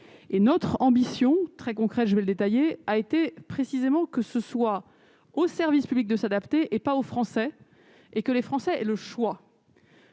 et notre ambition très concret, je vais le détailler a été précisément que ce soit au service public de s'adapter et pas aux Français et que les Français et le choix